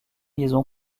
liaison